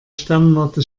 sternwarte